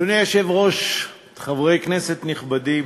אדוני היושב-ראש, חברי כנסת נכבדים,